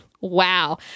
Wow